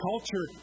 Culture